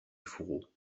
fourreau